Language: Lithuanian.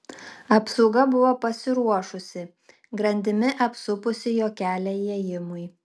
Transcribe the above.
apsauga buvo pasiruošusi grandimi apsupusi jo kelią įėjimui